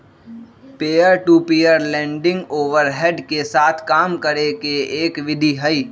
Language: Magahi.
peer to peer lending overhead के साथ काम करे के एक विधि हई